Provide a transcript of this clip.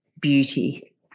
beauty